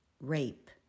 rape